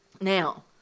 Now